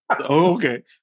Okay